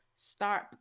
start